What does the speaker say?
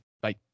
Bye